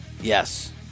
Yes